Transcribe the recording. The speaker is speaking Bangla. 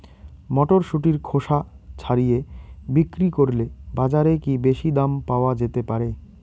মটরশুটির খোসা ছাড়িয়ে বিক্রি করলে বাজারে কী বেশী দাম পাওয়া যেতে পারে?